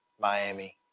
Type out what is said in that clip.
Miami